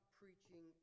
preaching